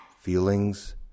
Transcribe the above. feelings